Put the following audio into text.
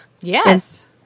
Yes